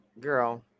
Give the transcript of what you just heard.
Girl